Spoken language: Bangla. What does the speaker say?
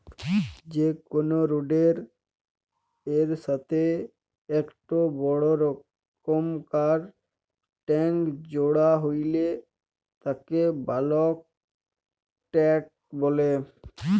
যে কোনো রোডের এর সাথেই একটো বড় রকমকার ট্যাংক জোড়া হইলে তাকে বালক ট্যাঁক বলে